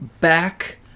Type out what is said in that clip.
back